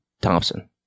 Thompson